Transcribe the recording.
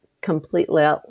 completely